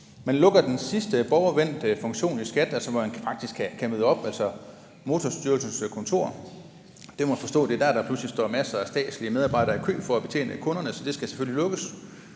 Man lukker den sidste borgervendte funktion i skattevæsenet, hvor man faktisk kan møde op, altså Motorstyrelsens kontor. Det er der, man må forstå at der pludselig står masser af statslige medarbejdere i kø for at betjene kunderne, så det skal selvfølgelig lukkes,